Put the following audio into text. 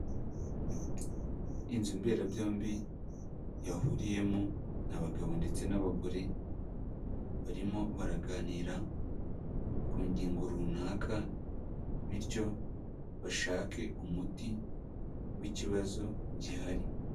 Inzu mberabyombi yahuriyemo abagabo ndetse n'abagore, barimo baraganira ku ngingo runaka bityo bashake umuti w'ikibazo gihari.